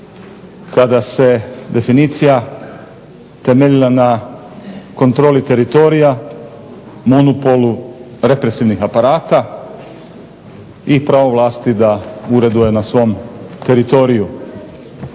kada se definicija temeljila na kontroli teritorija, monopolu represivnih aparata i pravo vlasti da ureduje na svom teritoriju.